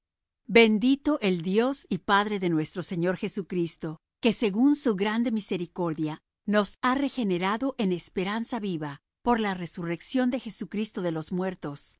bendito el dios y padre de nuestro señor jesucristo que según su grande misericordia nos ha regenerado en esperanza viva por la resurrección de jesucristo de los muertos